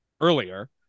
earlier